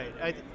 right